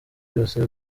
byose